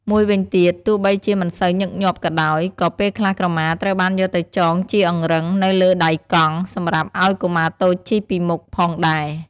មួយវិញទៀត ទោះបីជាមិនសូវញឹកញាប់ក៏ដោយ ក៏ពេលខ្លះក្រមាត្រូវបានយកទៅចងជាអង្រឹងនៅលើដៃកង់ សម្រាប់ឱ្យកុមារតូចជិះពីមុខផងដែរ។